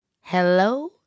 Hello